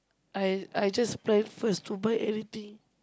I I just plan first to buy anything